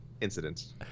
incidents